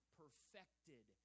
perfected